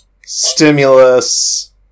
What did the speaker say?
stimulus